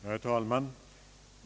Herr talman!